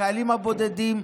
לחיילים הבודדים,